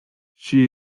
she